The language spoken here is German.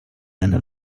eine